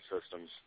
systems